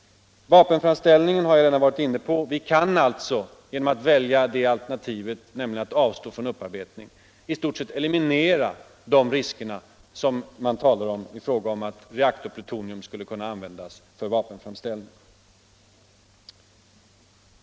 Vapenframställningen har jag redan varit inne på. Vi kan alltså genom att välja alternativet att avstå från upparbetning i stort sett eliminera riskerna för att, som det har talats om, reaktorplutonium skulle kunna användas för vapenframställning.